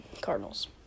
Cardinals